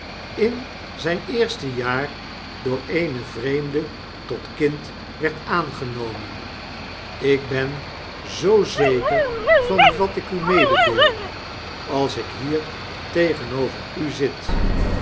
in zijn eerste jaar door eene vreemde tot kind werd aangenomen ik ben zoo zeker van wat ik u mededeel als ik hier tegenover u zit